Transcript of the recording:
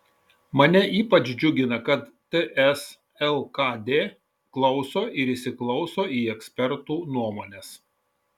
mane ypač džiugina kad ts lkd klauso ir įsiklauso į ekspertų nuomones